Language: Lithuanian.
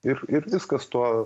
ir ir viskas tuo